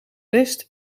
best